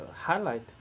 highlight